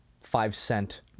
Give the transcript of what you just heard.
five-cent